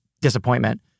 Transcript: disappointment